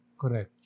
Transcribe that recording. Correct